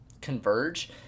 converge